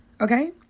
Okay